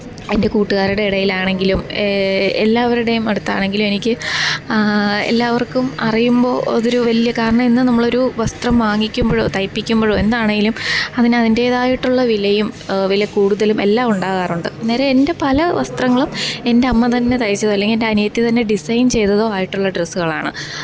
എന്റെ കൂട്ടുകാരുടെ ഇടയിലാണെങ്കിലും എല്ലാവരുടേം അടുത്താണെങ്കിലും എനിക്ക് എല്ലാവര്ക്കും അറിയുമ്പോൾ അതൊരു വലിയ കാരണം ഇന്ന് നമ്മളൊരു വസ്ത്രം വാങ്ങിക്കുമ്പോൾ തയ്പ്പിക്കുമ്പോഴോ എന്താണേലും അതിന് അതിന്റെതായിട്ടുള്ള വിലയും വിലക്കൂടുതലും എല്ലാം ഉണ്ടാകാറുണ്ട് അന്നേരം എന്റെ പല വസ്ത്രങ്ങളും എന്റെ അമ്മ തന്നെ തയ്ച്ചതല്ലെങ്കില് എന്റെ അനിയത്തി തന്നെ ഡിസൈന് ചെയ്തതോ ആയിട്ടുള്ള ഡ്രസ്സുകളാണ്